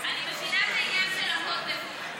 אני מבינה את העניין של קוד הלבוש,